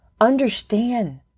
Understand